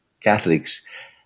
Catholics